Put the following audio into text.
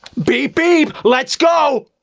beep, beep, let's go!